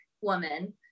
woman